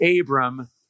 Abram